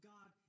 God